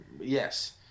Yes